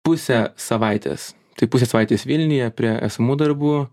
pusę savaitės tai pusę savaitės vilniuje prie esamų darbų